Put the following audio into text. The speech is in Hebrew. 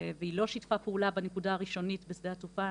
והיא לא שיתפה פעולה בנקודה הראשונית בשדה התעופה,